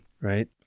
right